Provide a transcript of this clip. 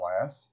class